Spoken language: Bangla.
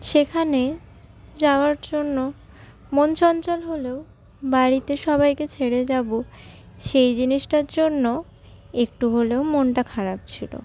সেখানে যাওয়ার জন্য মন চঞ্চল হলেও বাড়িতে সবাইকে ছেড়ে যাব সেই জিনিসটার জন্য একটু হলেও মনটা খারাপ ছিল